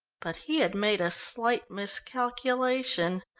but he had made a slight miscalculation.